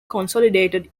consolidated